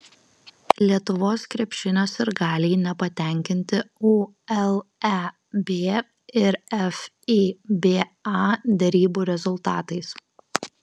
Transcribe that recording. lietuvos krepšinio sirgaliai nepatenkinti uleb ir fiba derybų rezultatais